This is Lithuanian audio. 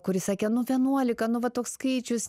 kuris sakė nu vienuolika nu va toks skaičius